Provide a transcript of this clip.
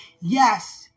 Yes